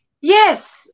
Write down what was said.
Yes